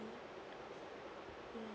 mm